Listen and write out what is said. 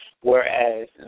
Whereas